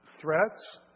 threats